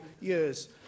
years